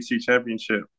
championship